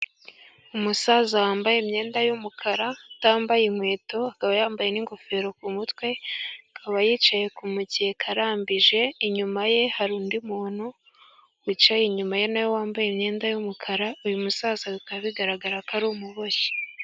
Umusaza wambaye imyenda y'umukara, utambaye inkweto, akaba yambaye n'ingofero ku mutwe, akaba yicaye k'umukeka arambije, inyuma ye hari undi muntu wicaye, inyuma ye nawe wambaye imyenda y'umukara, uyu musaza bikaba bigaragara ko ari umuboshyi.